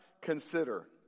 consider